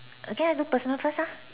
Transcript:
okay I do personal first ah